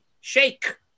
Shake